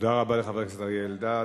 תודה רבה לחבר הכנסת אריה אלדד.